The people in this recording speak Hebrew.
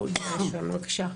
בבקשה.